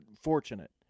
fortunate